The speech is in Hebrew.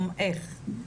איך זה נעשה?